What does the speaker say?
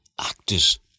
actors